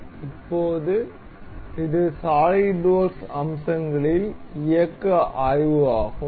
எனவே இப்போது இது சாலிட்வொர்க்ஸ் அம்சங்களில் இயக்க ஆய்வு ஆகும்